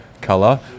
color